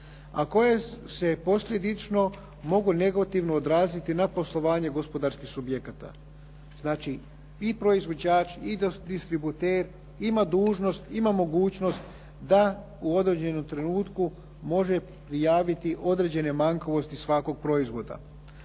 a koje se posljedično mogu negativno odraziti na poslovanje gospodarskih subjekata. Znači i proizvođač i distributer imaju mogućnost da u određenom trenutku može prijaviti određene manjkavosti svakog proizvoda.